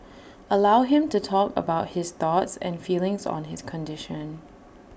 allow him to talk about his thoughts and feelings on his condition